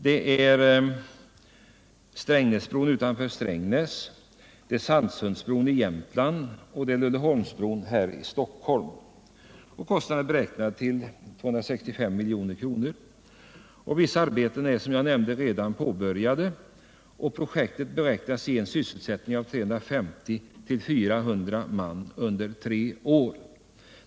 Det gäller vidare Strängnäsbron utanför Strängnäs, Sannsundsbron i Jämtland och Lullehovsbron här i Stockholm. Kostnaden är beräknad till 265 milj.kr. Vissa arbeten är som jag nämnde redan påbörjade, och projekten beräknas ge sysselsättning åt 350-400 man under tre år.